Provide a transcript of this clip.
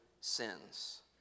sins